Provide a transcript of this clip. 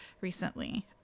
recently